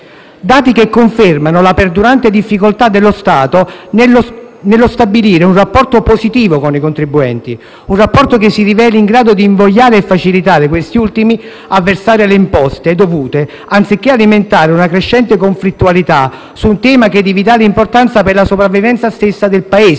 dati confermano la perdurante difficoltà dello Stato a stabilire un rapporto positivo con i contribuenti, un rapporto che si riveli in grado di invogliare e facilitare quest'ultimi a versare le imposte dovute, anziché alimentare una crescente conflittualità su un tema di vitale importanza per la sopravvivenza stessa del Paese